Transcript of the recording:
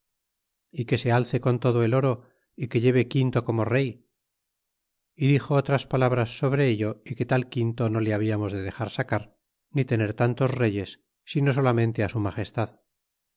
é que se alce con todo el oro é que lleve quinto como rey e dixo otras palabras sobre ello y que tal quinto no le habiamos de dexar sacar ni tener tantos reyes sino solamente á su magestad